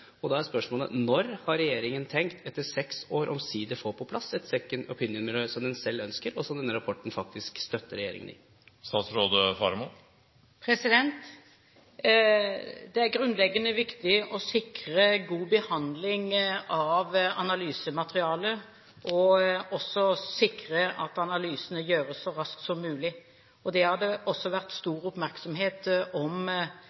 Da er spørsmålet: Når har regjeringen tenkt – etter seks år – omsider å få på plass et «second opinion»-miljø som den selv ønsker, og som denne rapporten faktisk støtter regjeringen i? Det er grunnleggende viktig å sikre god behandling av analysematerialet og også sikre at analysene gjøres så raskt som mulig. Det har det vært stor oppmerksomhet om